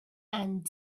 and